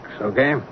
okay